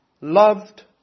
loved